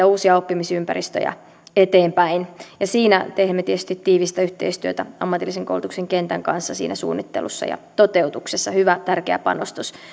uusia oppimisympäristöjä eteenpäin teemme tietysti tiivistä yhteistyötä ammatillisen koulutuksen kentän kanssa siinä suunnittelussa ja toteutuksessa hyvä tärkeä panostus